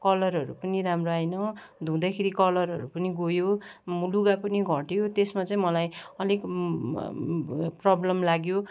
कलरहरू पनि राम्रो आएन धुँदाखेरि कलरहरू पनि गयो लुगा पनि घट्यो त्यसमा चाहिँ मलाई अलिक प्रब्लम लाग्यो